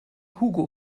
hugo